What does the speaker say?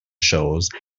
shows